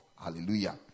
Hallelujah